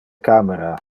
camera